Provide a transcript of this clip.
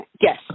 Yes